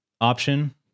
option